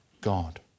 God